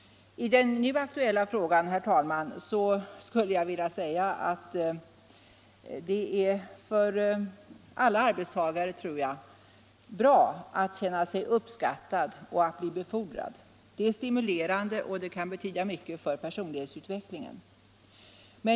I den nu aktuella frågan, herr talman, skulle jag vilja säga att det är bra för varje arbetstagare att känna sig uppskattad och att bli befordrad, det är stimulerande och kan betyda mycket för personlighetsutvecklingen.